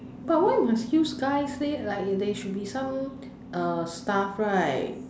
but why must use guy say like there should be some uh staff right